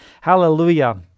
Hallelujah